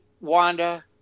Wanda